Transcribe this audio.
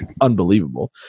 unbelievable